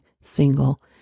single